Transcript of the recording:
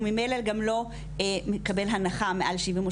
הוא ממלא גם לא מקבל הנחה מעל 70,